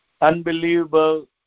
unbelievable